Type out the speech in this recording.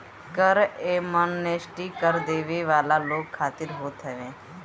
कर एमनेस्टी कर देवे वाला लोग खातिर होत हवे